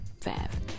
five